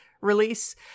release